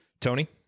Tony